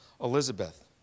Elizabeth